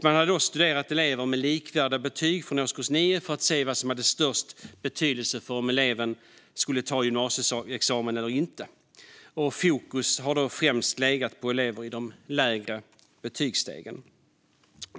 Man hade studerat elever med likvärdiga betyg från årskurs 9 för att se vad som hade störst betydelse för om eleven skulle ta gymnasieexamen eller inte, och fokus hade främst legat på elever i de lägre betygsstegen.